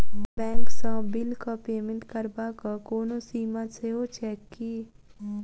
Bank सँ बिलक payment करबाक कोनो सीमा सेहो छैक की?